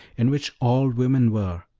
in which all women were,